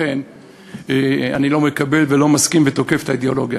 לכן אני לא מקבל, לא מסכים ותוקף את האידיאולוגיה.